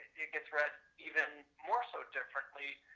it gets read even more so differently,